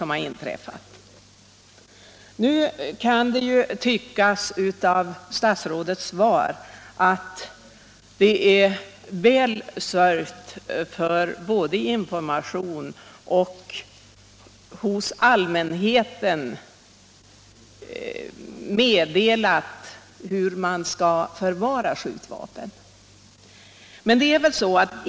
Av statsrådets svar kan man få den uppfattningen att det är väl sörjt för information till allmänheten om hur man skall förvara skjutvapen.